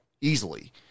easily